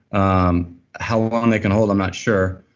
um how long they can hold, i'm not sure.